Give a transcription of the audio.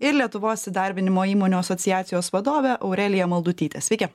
ir lietuvos įdarbinimo įmonių asociacijos vadove aurelija maldutyte sveiki